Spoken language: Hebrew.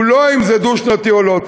הוא לא אם זה דו-שנתי או לא,